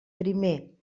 primer